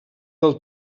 del